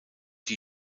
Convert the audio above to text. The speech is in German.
die